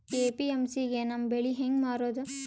APMC ಗೆ ನಮ್ಮ ಬೆಳಿ ಹೆಂಗ ಮಾರೊದ?